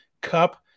Cup